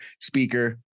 speaker